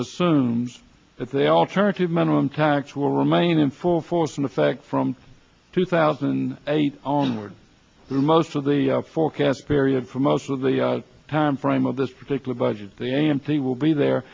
assumes that the alternative minimum tax will remain in full force in effect from two thousand and eight on board most of the forecast period for most of the time frame of this particular budget the a m t will be there